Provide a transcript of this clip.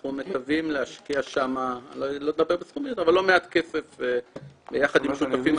אנחנו מקווים להשקיע שם לא מעט כסף ביחד עם שותפים אחרים.